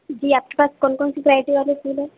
जी आपके पास कौन कौन सी वराईटी वाले फूल हैं